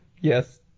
yes